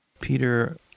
Peter